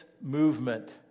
movement